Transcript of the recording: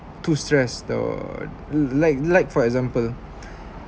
too stress though like like for example